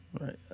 right